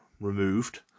removed